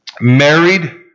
Married